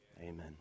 amen